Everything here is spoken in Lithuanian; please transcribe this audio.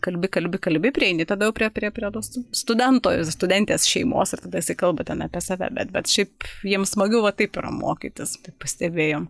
kalbi kalbi kalbi prieini tada jau prie prie prie to s studento ir studentės šeimos ir tada jisai kalba ten apie save bet bet šiaip jiems smagu va taip yra mokytis pastebėjom